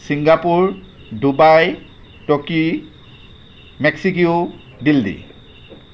Singapore Dubai Tokyo Mexico Delhi